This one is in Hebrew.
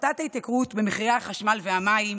הפחתת ההתייקרות במחירי החשמל והמים,